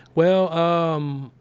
well, um,